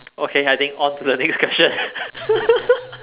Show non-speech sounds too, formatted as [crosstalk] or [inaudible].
okay I think on to the next [laughs] question [laughs]